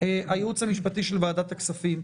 הייעוץ המשפטי של ועדת הכספים,